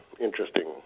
interesting